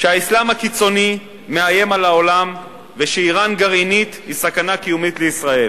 שהאסלאם הקיצוני מאיים על העולם ושאירן גרעינית היא סכנה קיומית לישראל,